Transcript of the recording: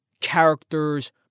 characters